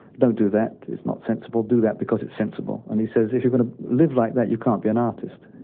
don't do that it's not sensible. do that because it's sensible, and he says, if you're going to live like that, you can't be an artist.